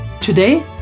Today